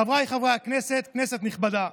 חבריי חברי הכנסת, כנסת נכבדה,